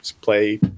play